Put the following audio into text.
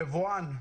יבואן,